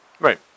Right